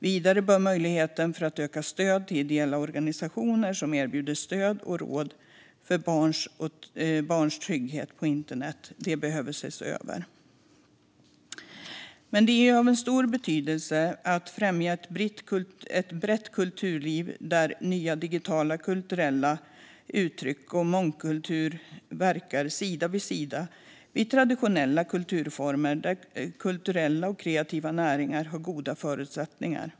Vidare bör möjligheten att öka stödet till ideella organisationer som erbjuder stöd och råd om barns trygghet på internet ses över. Det är av stor betydelse att främja ett brett kulturliv där nya, digitala kulturella uttryck och mångkultur verkar sida vid sida med traditionella kulturformer och där kulturella och kreativa näringar har goda förutsättningar.